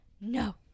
no